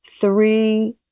three